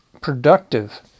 productive